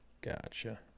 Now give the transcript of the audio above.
Gotcha